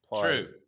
true